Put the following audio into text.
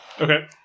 Okay